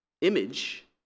image